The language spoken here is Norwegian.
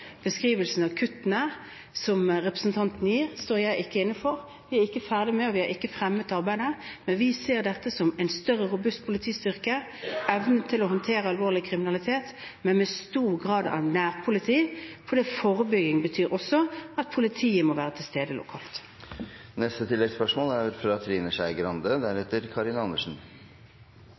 beskrivelsen av kuttene, som representanten gir, står jeg ikke inne for. Vi er ikke ferdige med arbeidet, vi har ikke fremmet arbeidet, men vi ser på det å få en større, robust politistyrke, evnen til å håndtere alvorlig kriminalitet, men med stor grad av nærpoliti, for forebygging betyr også at politiet må være til stede lokalt. Trine Skei Grande